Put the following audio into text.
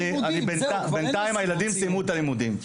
אז בינתיים הילדים סיימו את הלימודים.